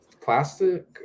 plastic